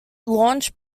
launched